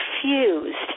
confused